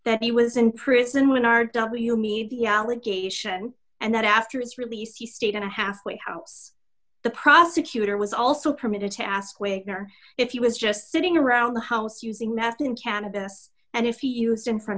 that he was in prison when r w me the allegation and that after his release he stayed in a halfway house the prosecutor was also permitted to ask whitner if he was just sitting around the house using meth and cannabis and if he used in front